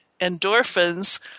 endorphins